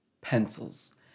pencils